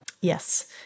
Yes